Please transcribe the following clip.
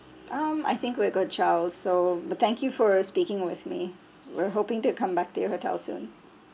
um I think we're good charles so but thank you for speaking with me we're hoping to come back to your hotel soon